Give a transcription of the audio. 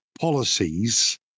policies